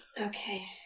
Okay